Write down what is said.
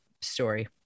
story